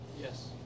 Yes